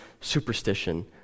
superstition